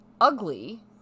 ugly